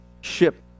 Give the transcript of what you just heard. ship